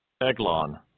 Eglon